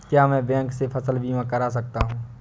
क्या मैं बैंक से फसल बीमा करा सकता हूँ?